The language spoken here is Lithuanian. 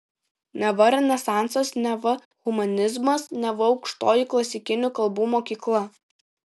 neva renesansas neva humanizmas neva aukštoji klasikinių kalbų mokykla